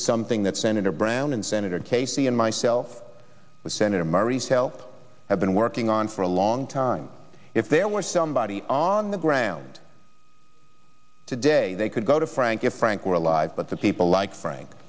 something that senator brown and senator casey and myself with senator murray cell have been working on for a long time if there were somebody on the ground today they could go to frank if frank were alive but the people like frank